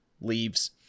leaves